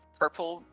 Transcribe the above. purple